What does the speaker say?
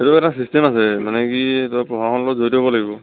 এইটোৰ এটা চিষ্টেম আছে মানে কি তই প্ৰশাসনৰ লগত জড়িত হ'ব লাগিব